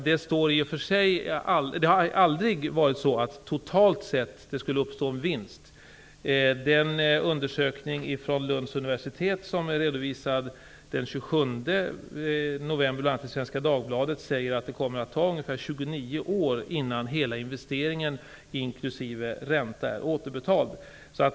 Det har aldrig sagts att det totalt sett skulle uppstå en vinst. är redovisad i Svenska Dagbladet den 27 november, visar att det kommer att ta ungefär 29 år innan hela investeringen, inklusive ränta, är återbetald.